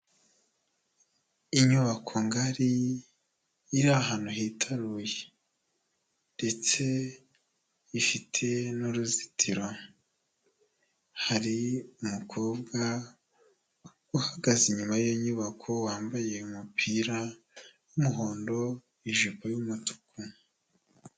Inyubako ngari iri ahantu hitaruye ndetse ifite n'uruzitiro, hari umukobwa uhagaze inyuma y'inyubako wambaye umupira w'umuhondo ijipo y'umutuku.